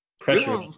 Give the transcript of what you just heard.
Pressure